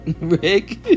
Rick